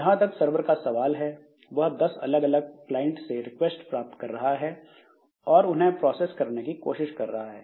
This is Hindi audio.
जहां तक सरवर का सवाल है वह दस अलग अलग क्लाइंट से रिक्वेस्ट प्राप्त कर रहा है और उन्हें प्रोसेस करने की कोशिश कर रहा है